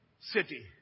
city